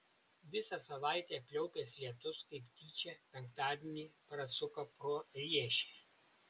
visą savaitę pliaupęs lietus kaip tyčia penktadienį prasuko pro riešę